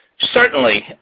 certainly.